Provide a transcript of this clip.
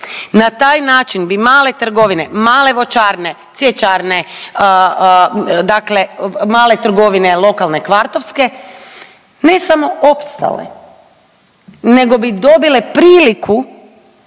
Na taj način bi male trgovine, male voćarne, cvjećarne, dakle male trgovine, lokalne kvartovske ne samo opstale nego bi dobile priliku